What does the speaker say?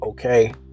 Okay